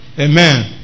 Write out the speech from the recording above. Amen